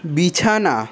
বিছানা